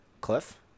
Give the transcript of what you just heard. Cliff